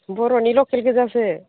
बर'नि लकेल गोजासो